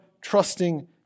trusting